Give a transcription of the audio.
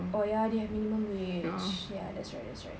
oh ya they have minimum wage ya that's right that's right